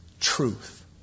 truth